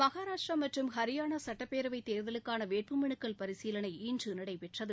மகாரஷ்டிரா ஹரியானா சட்டப்பேரவைத் தேர்தலுக்கான வேட்புமனுக்கள் பரிசீலனை இன்று நடைபெற்றது